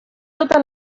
tota